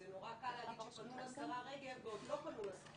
זה נורא קל להגיד שפנו לשרה רגב בעוד שלא פנו לשרה רגב.